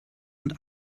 und